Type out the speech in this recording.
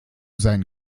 seinen